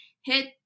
hit